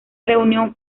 reunión